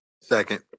Second